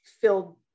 filled